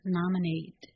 nominate